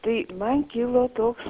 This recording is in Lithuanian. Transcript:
tai man kilo toks